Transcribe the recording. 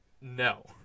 no